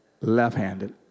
left-handed